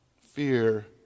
fear